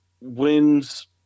wins